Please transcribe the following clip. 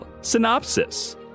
Synopsis